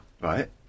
Right